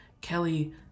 kelly